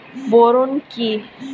Boron কি?